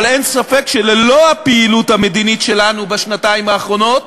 אבל אין ספק שללא הפעילות המדינית שלנו בשנתיים האחרונות